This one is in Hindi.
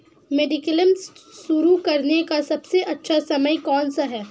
मेडिक्लेम शुरू करने का सबसे अच्छा समय कौनसा है?